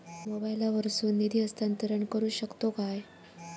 मोबाईला वर्सून निधी हस्तांतरण करू शकतो काय?